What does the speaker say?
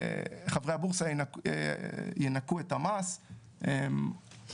רוצים שחברי הבורסה ינכו את המס והמטרה